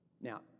Now